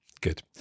Good